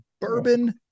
Bourbon